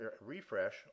refresh